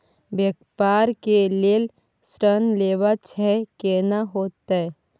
व्यापार के लेल ऋण लेबा छै केना होतै?